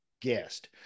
guest